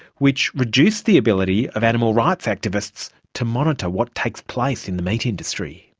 which reduce the ability of animal rights activists to monitor what takes place in the meat industry.